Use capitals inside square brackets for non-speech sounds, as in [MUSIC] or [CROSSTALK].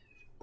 [LAUGHS]